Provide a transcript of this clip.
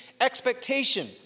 expectation